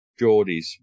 Geordies